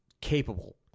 capable